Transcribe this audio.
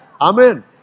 Amen